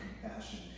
compassion